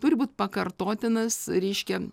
turi būt pakartotinas reiškia